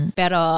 pero